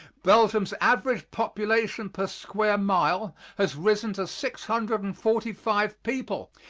belgium's average population per square mile has risen to six hundred and forty five people.